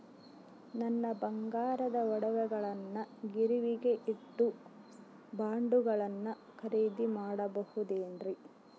ನನ್ನ ಬಂಗಾರದ ಒಡವೆಗಳನ್ನ ಗಿರಿವಿಗೆ ಇಟ್ಟು ಬಾಂಡುಗಳನ್ನ ಖರೇದಿ ಮಾಡಬಹುದೇನ್ರಿ?